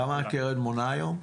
כמה הקרן מונה היום?